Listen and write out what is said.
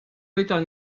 meter